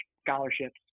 scholarships